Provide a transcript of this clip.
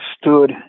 stood